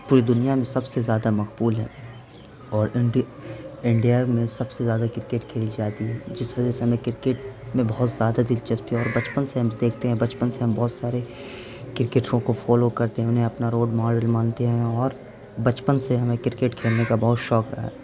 پوری دنیا میں سب سے زیادہ مقبول ہے اور انڈی انڈیا میں سب سے زیادہ کرکٹ کھیلی جاتی ہے جس وجہ سے ہمیں کرکٹ میں بہت زیادہ دلچسپی ہے اور بچپن سے ہم دیکھتے ہیں پچپن سے ہم بہت سارے کرکٹروں کو فالو کرتے ہیں انہیں اپنا رول ماڈل مانتے ہیں اور بچپن سے ہمیں کرکٹ کھیلنے کا بہت شوق رہا ہے